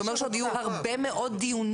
זה אומר שעוד יהיו הרבה מאוד דיונים,